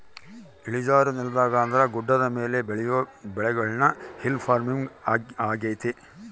ಇಳಿಜಾರು ನೆಲದಾಗ ಅಂದ್ರ ಗುಡ್ಡದ ಮೇಲೆ ಬೆಳಿಯೊ ಬೆಳೆಗುಳ್ನ ಹಿಲ್ ಪಾರ್ಮಿಂಗ್ ಆಗ್ಯತೆ